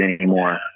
anymore